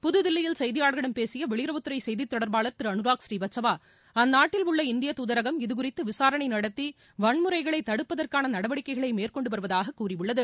புதுதில்லியில் செய்தியாளர்களிடம் பேசிய வெளியுறவுத்துறை செய்தி தொடர்பாளர் திரு அனுராக் ஸ்ரீ வத்சவா அம்நாட்டில் உள்ள இந்தியத் துதரசும் இதுகுறித்து விசாரணை நடத்தி வன்முறைகளை தடுப்பதற்கான நடவடிக்கைகளை மேற்கொண்டு வருவதாக கூறியுள்ளது